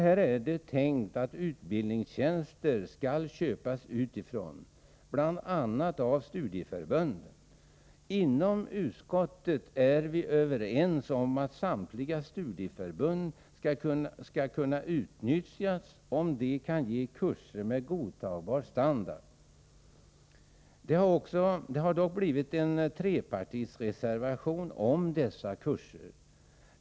Här är det tänkt att utbildningstjänster skall köpas utifrån, bl.a. av studieförbunden. Inom utskottet är vi överens om att samtliga studieförbund skall kunna utnyttjas om de kan ge kurser med godtagbar standard. Det har dock blivit en trepartireservation om dessa kurser.